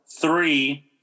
three